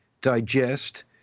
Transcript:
digest